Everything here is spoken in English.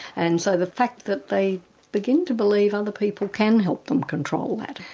and so the fact that they begin to believe other people can help them control that,